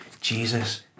Jesus